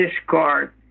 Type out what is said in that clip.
discard